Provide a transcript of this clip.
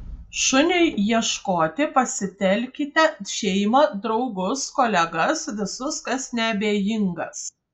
šuniui ieškoti pasitelkite šeimą draugus kolegas visus kas neabejingas